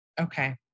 Okay